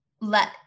let